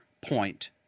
point